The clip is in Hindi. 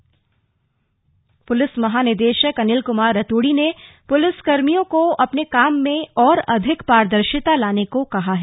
वीडियो कांफ्रेंसिंग पुलिस महानिदेशक अनिल कुमार रतूड़ी ने पुलिसकर्मियों को अपने काम में और अधिक पारदर्शिता लाने को कहा है